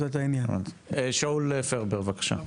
שאול פרבר, בבקשה.